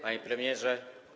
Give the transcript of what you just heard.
Panie Premierze!